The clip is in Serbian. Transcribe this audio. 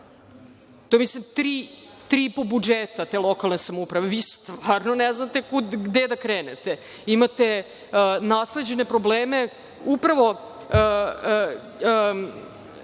dinara, tri i po budžeta te lokalne samouprave, vi stvarno ne znate gde da krenete. Imate nasleđene probleme, upravo